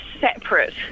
separate